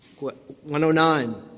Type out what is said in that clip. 109